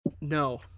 No